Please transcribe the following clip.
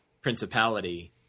principality